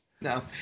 no